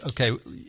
okay